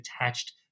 attached